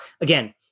again